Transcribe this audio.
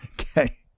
Okay